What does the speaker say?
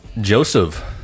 Joseph